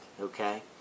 okay